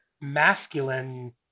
masculine